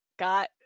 got